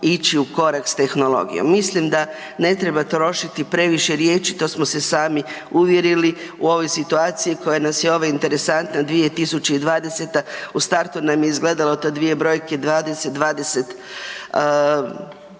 ići u korak s tehnologijom, mislim da ne treba trošiti previše riječi, to smo se sami uvjerili u ovoj situaciji koja nas je ova interesantna 2020. u startu nam je izgledalo ta dvije brojke 20,20